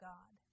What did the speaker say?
God